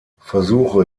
versuche